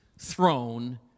throne